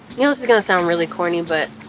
you know this is gonna sound really corny but,